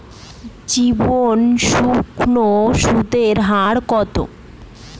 জীবন সুকন্যা সুদের হার কত?